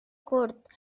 curt